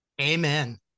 Amen